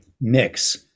mix